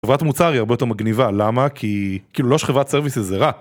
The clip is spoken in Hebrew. חברת מוצר היא הרבה יותר מגניבה למה כי כאילו לא שחברת סרוויס זה רע.